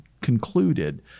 concluded